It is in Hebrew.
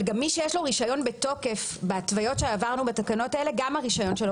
גם מי שיש לו רישיון בתוקף בהתוויות שעברנו בתקנות האלה הרישיון שלו